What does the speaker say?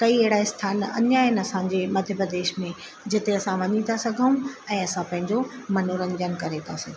कई अहिड़ा स्थान अञा आहिनि असांजे मध्य प्रदेश में जिते असां वञी था सघूं ऐं असां पंहिंजो मनोरंजन करे था सघूं